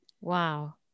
Wow